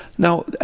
Now